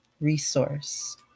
resource